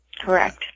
Correct